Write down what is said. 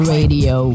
Radio